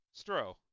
Stro